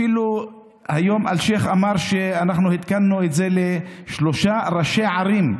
אפילו היום אלשיך אמר: אנחנו התקנו את זה לשלושה ראשי ערים.